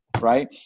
right